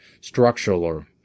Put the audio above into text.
structural